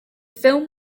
film